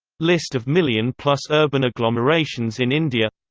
list of million-plus urban agglomerations in india